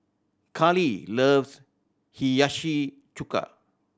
Kalie loves Hiyashi Chuka